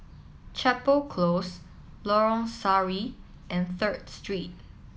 Chapel Close Lorong Sari and Third Street